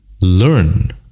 learn